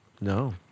No